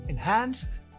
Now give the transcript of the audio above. Enhanced